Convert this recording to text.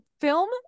film